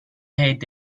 heet